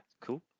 cool